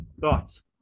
Thoughts